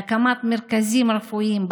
להקמת מרכזים רפואיים,